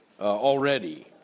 already